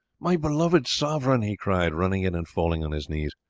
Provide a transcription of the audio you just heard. my beloved sovereign! he cried, running in and falling on his knees.